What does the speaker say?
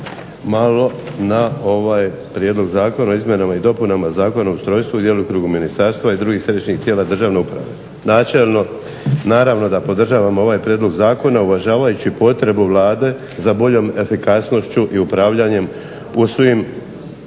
malo na ovaj prijedlog Zakona o izmjenama i dopunama Zakona o ustrojstvu i djelokrugu ministarstava i drugih središnjih tijela državne uprave. Načelno naravno da podržavam ovaj prijedlog zakona uvažavajući potrebu Vlade za boljom efikasnošću i upravljanjem u svim